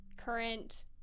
current